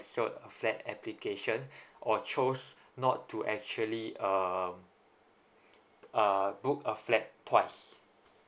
a flat application or chose not to actually err err book a flat twice